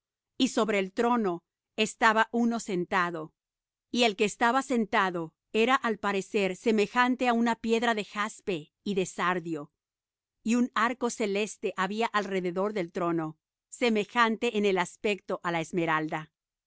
y el que estaba sentado era al parecer semejante á una piedra de jaspe y de sardio y un arco celeste había alrededor del trono semejante en el aspecto á la esmeralda